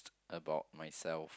about myself